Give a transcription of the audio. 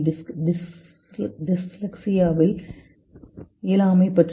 டிஸ்லெக்ஸியாவின் இயலாமை பற்றி என்ன